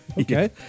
Okay